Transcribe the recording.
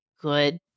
good